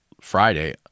Friday